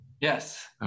Yes